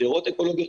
גדרות אקולוגיות,